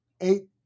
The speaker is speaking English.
eight